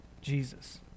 Jesus